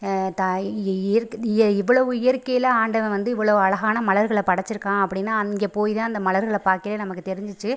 தா இயற் இ இவளவு இயற்கையில் ஆண்டவன் வந்து இவ்வளோ அழகான மலர்களை படைத்திருக்கான் அப்படின்னா அங்கே போய் தான் அந்த மலர்களை பார்க்கவே நமக்கு தெரிஞ்சிச்சு